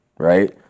Right